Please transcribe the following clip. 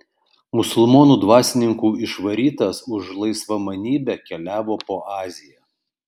musulmonų dvasininkų išvarytas už laisvamanybę keliavo po aziją